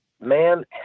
man